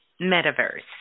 Metaverse